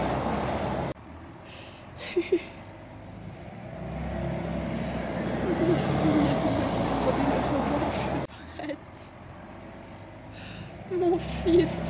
mais l'avenir me garde une revanche prête mon fils